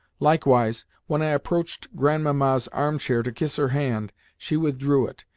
likewise, when i approached grandmamma's arm-chair to kiss her hand, she withdrew it,